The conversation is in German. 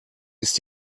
ist